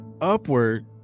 upward